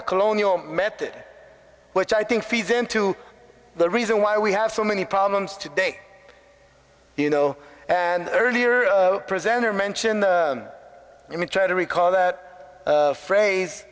the colonial met which i think feeds into the reason why we have so many problems today you know and earlier presenter mentioned let me try to recall that phrase